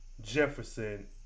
Jefferson